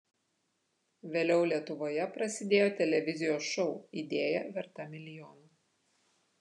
vėliau lietuvoje prasidėjo televizijos šou idėja verta milijono